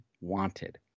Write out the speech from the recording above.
wanted